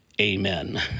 Amen